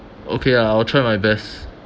okay I'll I'll try my best